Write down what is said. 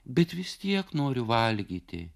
bet vis tiek noriu valgyti